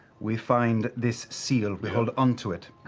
we find this seal, we hold onto it.